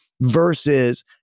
versus